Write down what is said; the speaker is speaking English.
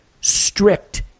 strict